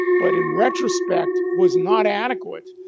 but in retrospect was not adequate,